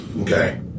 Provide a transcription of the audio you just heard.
Okay